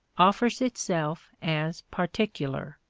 offers itself as particular.